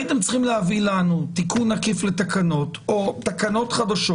הייתם צריכים להביא לנו אתמול תיקון עקיף לתקנות או תקנות חדשות.